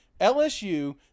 LSU